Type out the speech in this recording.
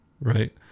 right